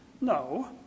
No